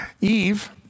Eve